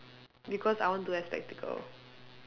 because I want to have spectacle